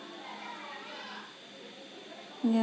ya